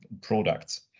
products